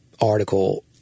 article